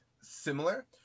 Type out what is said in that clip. similar